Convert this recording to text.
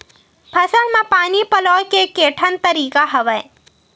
फसल म पानी पलोय के केठन तरीका हवय?